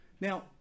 Now